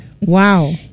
Wow